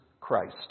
Christ